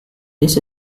this